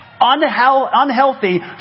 Unhealthy